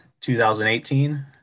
2018